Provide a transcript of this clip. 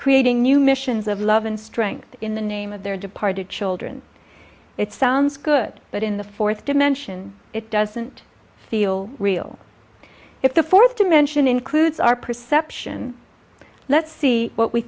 creating new missions of love and strength in the name of their departed children it sounds good but in the fourth dimension it doesn't feel real if the fourth dimension includes our perception let's see what we